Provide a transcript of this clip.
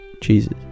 Jesus